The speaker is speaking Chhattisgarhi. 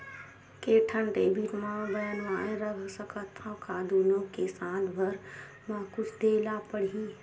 के ठन डेबिट मैं बनवा रख सकथव? का दुनो के साल भर मा कुछ दे ला पड़ही?